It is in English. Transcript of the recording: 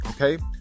Okay